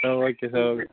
O okay sir